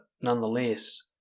nonetheless